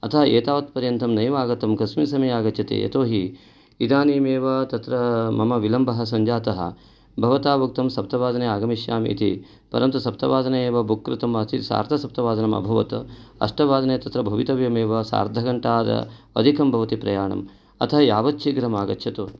अतः एतावत्पर्यन्तं नैव आगतं कस्मिन् समये आगच्छति यतो हि इदानीमेव तत्र मम विलम्बः सञ्जातः भवता वक्तुं सप्तवादने आगमिष्यामि इति परन्तु सप्तवादने एव बुक् कृतमासीत् सार्धसप्तवादनं अभवत् अष्टवादने तत्र भवितव्यमेव सार्धघण्टा अधिकं भवति प्रयाणम् अतः यावत् शीघ्रम् आगच्छतु